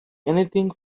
anything